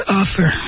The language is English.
offer